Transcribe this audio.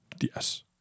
Yes